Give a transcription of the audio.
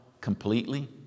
completely